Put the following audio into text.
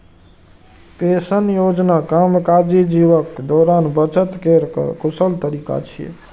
pension योजना कामकाजी जीवनक दौरान बचत केर कर कुशल तरीका छियै